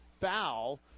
foul